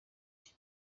iki